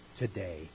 Today